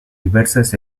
diversas